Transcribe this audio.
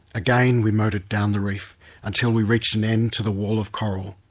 again we motored down the reef until we reached an end to the wall of coral.